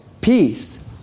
peace